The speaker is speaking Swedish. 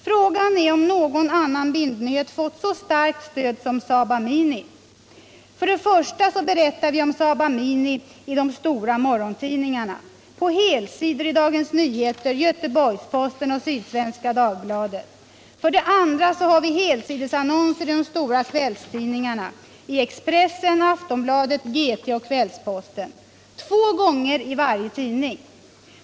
Frågan är om någon annan bindnyhet fått så starkt stöd som Saba Mini. För det första så berättar vi om Saba Mini i de stora morgontidningarna. På helsidor i Dagens Nyheter, Göteborgsposten och Sydsvenska Dagbladet. För det andra har vi helsidesannonser i de stora kvällstidningarna. I Expressen, Aftonbladet, GT och Kvällsposten. Två gånger i varje tidning!